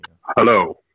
Hello